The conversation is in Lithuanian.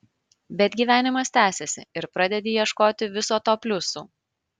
bet gyvenimas tęsiasi ir pradedi ieškoti viso to pliusų